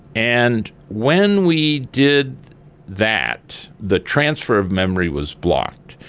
and when we did that, the transfer of memory was blocked.